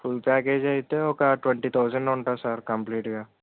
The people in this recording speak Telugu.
ఫుల్ ప్యాకేజ్ అయితే ఒక ట్వంటీ థౌసండ్ ఉంటుంది సార్ కంప్లీటుగా